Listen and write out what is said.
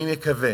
אני מקווה,